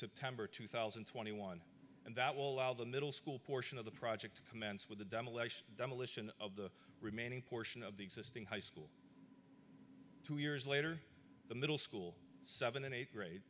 september two thousand and twenty one and that will allow the middle school portion of the project to commence with the demolition demolition of the remaining portion of the existing high school two years later the middle school seven an eighth grade